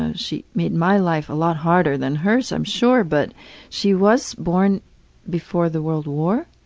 ah she made my life a lot harder than hers i'm sure, but she was born before the world war.